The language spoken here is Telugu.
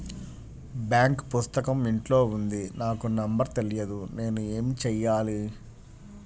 బాంక్ పుస్తకం ఇంట్లో ఉంది నాకు నంబర్ తెలియదు నేను ఏమి చెయ్యాలి?